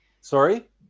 sorry